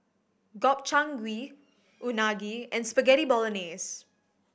Gobchang Gui Unagi and Spaghetti Bolognese